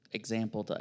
example